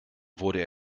wurde